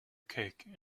cake